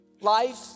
life